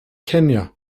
kenya